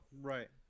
Right